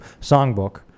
Songbook